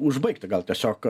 užbaigti gal tiesiog